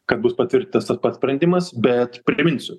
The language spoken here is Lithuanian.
kad bus patvirtintas tas pats sprendimas bet priminsiu